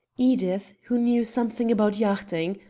edith, who knew something about yachting,